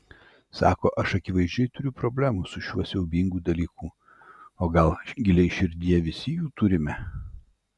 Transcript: sako aš akivaizdžiai turiu problemų su šiuo siaubingu dalyku o gal giliai širdyje visi jų turime